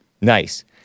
Nice